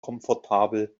komfortabel